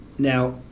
Now